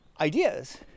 ideas